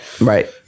right